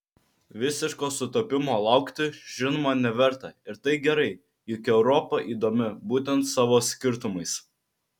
visiško sutapimo laukti žinoma neverta ir tai gerai juk europa įdomi būtent savo skirtumais